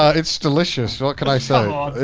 it's delicious. what could i say?